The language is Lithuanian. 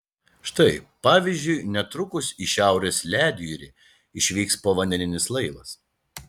štai pavyzdžiui netrukus į šiaurės ledjūrį išvyks povandeninis laivas